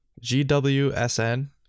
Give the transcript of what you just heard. GWSN